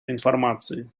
информации